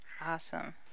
Awesome